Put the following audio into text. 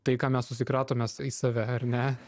tai ką mes susikrautume į save ar ne